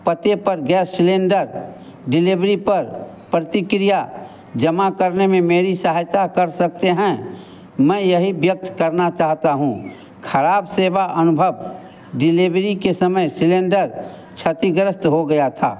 पते पर gas cylinder delivery पर प्रतिक्रिया जमा करने में मेरी सहायता कर सकते हैं मैं यही व्यक्त करना चाहता हूँ खराब सेवा अनुभव डिलीवरी के समय सिलेंडर क्षतिग्रस्त हो गया था